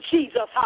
Jesus